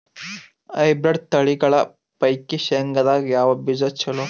Hybrid ತಳಿಗಳ ಪೈಕಿ ಶೇಂಗದಾಗ ಯಾವ ಬೀಜ ಚಲೋ?